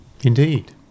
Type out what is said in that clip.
Indeed